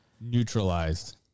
neutralized